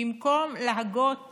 במקום להגות